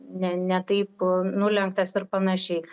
ne ne taip nulenktas ir panašiai